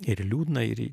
ir liūdna ir